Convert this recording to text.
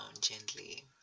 gently